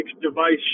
device